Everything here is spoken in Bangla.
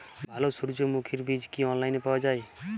ভালো সূর্যমুখির বীজ কি অনলাইনে পাওয়া যায়?